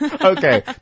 Okay